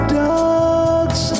dogs